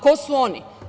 Ko su oni?